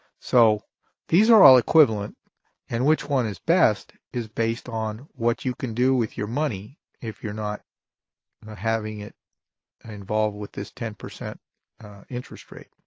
so these are all equivalent and which one is best is based on what you can do with your money if you're not having it involved with this ten percent interest rate.